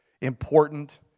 important